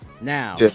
Now